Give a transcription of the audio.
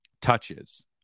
touches